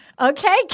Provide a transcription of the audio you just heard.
Okay